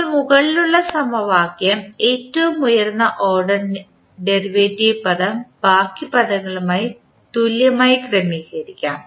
ഇപ്പോൾ മുകളിലുള്ള സമവാക്യം ഏറ്റവും ഉയർന്ന ഓർഡർ ഡെറിവേറ്റീവ് പദം ബാക്കി പദങ്ങളുമായി തുല്യമാക്കി ക്രമീകരിക്കാം